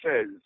says